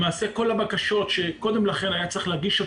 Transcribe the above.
למעשה כל הבקשות שקודם לכן היה צריך להגישן